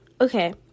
Okay